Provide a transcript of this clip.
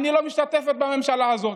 אני לא משתתפת בממשלה הזו,